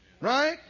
right